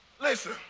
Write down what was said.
Listen